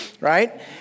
right